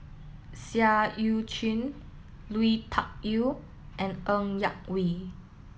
Seah Eu Chin Lui Tuck Yew and Ng Yak Whee